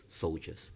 soldiers